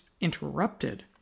interrupted